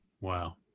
Wow